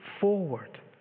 forward